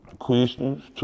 questions